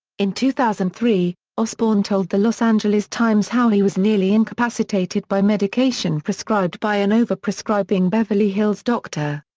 in two thousand and three, osbourne told the los angeles times how he was nearly incapacitated by medication prescribed by an over-prescribing beverly hills doctor.